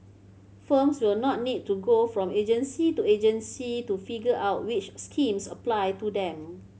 firms will not need to go from agency to agency to figure out which schemes apply to them